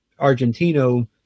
Argentino